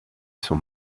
son